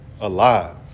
alive